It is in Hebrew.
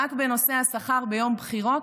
רק בנושא השכר ביום בחירות,